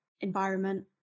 environment